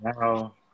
now